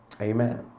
Amen